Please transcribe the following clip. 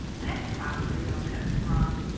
and that's probably all that's from,